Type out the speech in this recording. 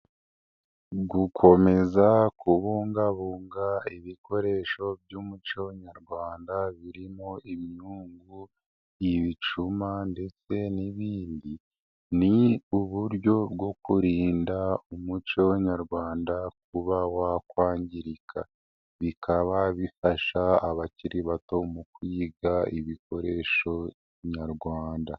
Gukomeza kubungabunga ibikoresho by'umuco nyarwanda birimo imyungu, ibicuma ndetse n'ibindi ni uburyo bwo kurinda umuco nyarwanda kuba wakwangirika bikaba bifasha abakiri bato mu kwiga ibikoresho nyarwanda.